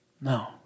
No